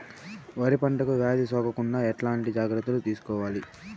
వరి పంటకు వ్యాధి సోకకుండా ఎట్లాంటి జాగ్రత్తలు తీసుకోవాలి?